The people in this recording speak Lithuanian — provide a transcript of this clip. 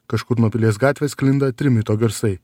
kažkur nuo pilies gatvės sklinda trimito garsai